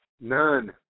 none